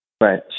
Right